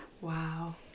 Wow